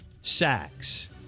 sacks